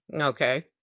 Okay